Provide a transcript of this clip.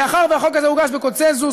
מאחר שהחוק הזה הוגש בקונסנזוס,